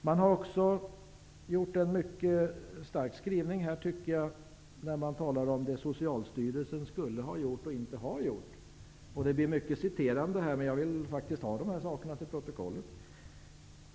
Man har också gjort en mycket stark skrivning, tycker jag, när man talar om det som Socialstyrelsen skulle ha gjort, men inte har gjort. Det blir många citat, men jag vill faktiskt ha dessa saker till protokollet.